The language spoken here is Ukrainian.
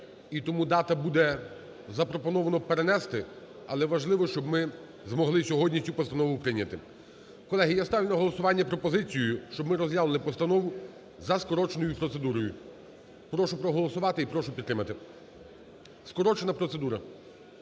і тому дату буде запропоновано перенести. Але важливо, щоб ми змогли сьогодні цю постанову прийняти. Колеги, я ставлю на голосування пропозицію, щоб ми розглянули постанову за скороченою процедурою. Прошу проголосувати і прошу підтримати, скорочена процедура.